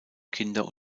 kinder